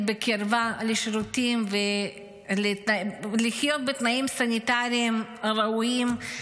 בקרבה לשירותים ולחיות בתנאים סניטריים ראויים,